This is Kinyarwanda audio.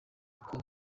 uko